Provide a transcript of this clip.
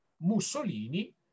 Mussolini